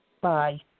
Bye